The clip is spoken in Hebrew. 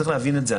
צריך להבין את זה.